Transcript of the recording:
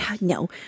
No